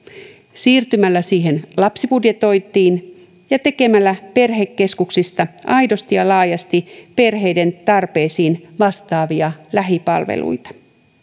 siirtymällä lapsibudjetointiin ja tekemällä perhekeskuksista aidosti ja laajasti perheiden tarpeisiin vastaavia lähipalveluita